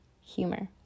humor